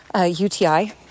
UTI